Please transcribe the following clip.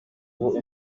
ubu